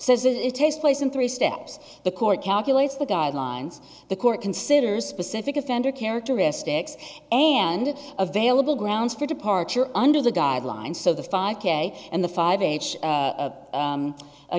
says it takes place in three steps the court calculates the guidelines the court considers specific offender characteristics and available grounds for departure under the guidelines so the five k and the